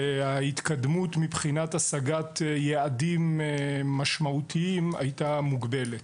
וההתקדמות מבחינת השגת יעדים משמעותיים הייתה מוגבלת.